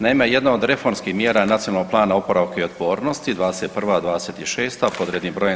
Naime, jedna od reformskih mjera Nacionalnog plana oporavka i otpornosti 2021.-2026. pod rednim br.